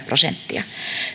prosenttia